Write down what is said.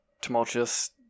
tumultuous